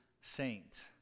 saint